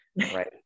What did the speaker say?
right